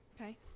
okay